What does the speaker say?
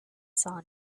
saw